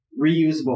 reusable